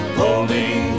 holding